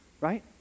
right